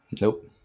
Nope